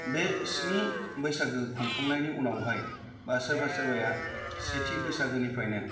बे स्नि बैसागो खुंखांनायनि उनावहाय बा सोरबा सोरबाया सेथि बैसागोनिफ्रायनो